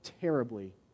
terribly